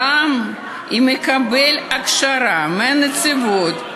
גם אם הוא מקבל הכשרה מהנציבות.